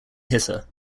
hitter